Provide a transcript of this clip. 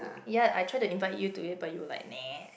ya I tried to invite you to it but you were like